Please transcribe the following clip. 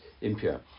impure